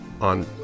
on